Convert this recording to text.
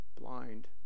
blind